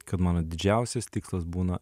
kad mano didžiausias tikslas būna